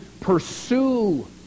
pursue